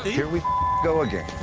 here we go again.